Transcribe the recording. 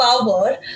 power